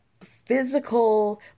physical